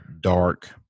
dark